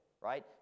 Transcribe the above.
right